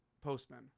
Postmen